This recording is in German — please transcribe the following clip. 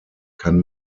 kann